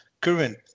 current